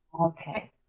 Okay